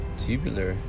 tubular